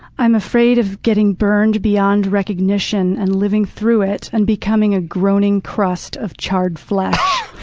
i'm afraid of getting burned beyond recognition and living through it and becoming a groaning crust of charred flesh.